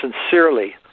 Sincerely